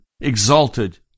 exalted